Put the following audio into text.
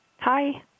Hi